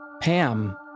Pam